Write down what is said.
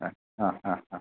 ആ ആ ആ ആ